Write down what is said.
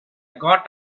got